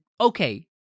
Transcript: okay